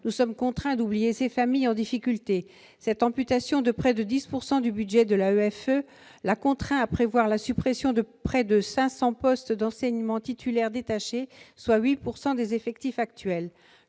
nous sommes contraints de laisser de côté ces familles en difficulté. Cette amputation de près de 10 % du budget de l'AEFE contraint celle-ci à prévoir la suppression de plus de 500 postes d'enseignant titulaire détaché, soit 8 % des effectifs actuels.